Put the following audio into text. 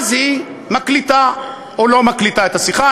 אז היא מקליטה או לא מקליטה את השיחה,